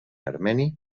armeni